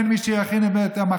אין מי שיכין את המחלקות,